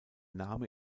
name